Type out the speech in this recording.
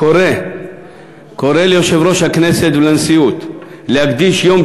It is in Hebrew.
קורא ליושב-ראש הכנסת ולנשיאות להקדיש יום